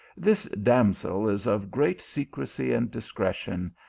this damsel is of great secrecy and discretion,